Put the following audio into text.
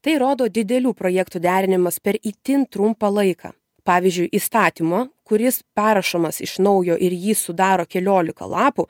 tai rodo didelių projektų derinimas per itin trumpą laiką pavyzdžiui įstatymo kuris perrašomas iš naujo ir jį sudaro keliolika lapų